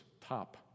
top